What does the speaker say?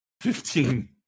Fifteen